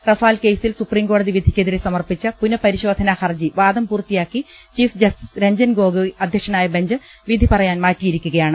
Rafale കേസിൽ സുപ്രീംകോടതി വിധിക്കെതിരെ സമർപ്പിച്ച പുനഃപരിശോധനാ ഹർജി വാദം പൂർത്തിയാക്കി ചീഫ് ജസ്റ്റിസ് രഞ്ജൻ ഗോഗൊയ് അധ്യക്ഷനായ ബെഞ്ച് വിധിപറയാൻ മാറ്റിയി രിക്കുകയാണ്